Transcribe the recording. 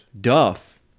Duff